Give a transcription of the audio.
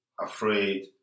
afraid